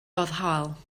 foddhaol